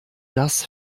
das